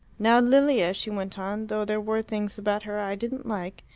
now lilia, she went on, though there were things about her i didn't like,